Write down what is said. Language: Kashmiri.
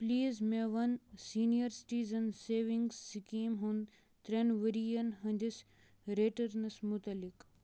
پلیز مےٚ one senior citizen savings scheme ہُنٛد ترٛٮ۪ن ؤرۍ یَن ہنٛدِس ریٹرنَس مُتعلِق